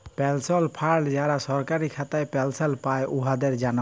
পেলশল ফাল্ড যারা সরকারি খাতায় পেলশল পায়, উয়াদের জ্যনহে